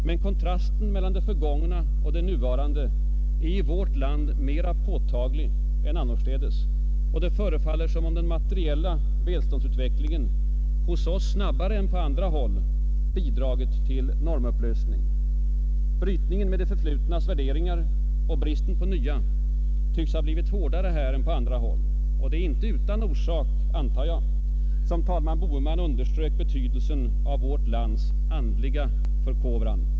Men kontrasten mellan det förgångna och det nuvarande är i vårt land mera påtaglig än annorstädes. Det förefaller som om den materiella välståndsutvecklingen hos oss snabbare än på andra håll bidragit till normupplösning. Brytningen med det förflutnas värderingar och bristen på nya tycks ha blivit hårdare här, och det var inte utan orsak, antar jag, som talman Boheman underströk betydelsen av vårt lands ”andliga förkovran”.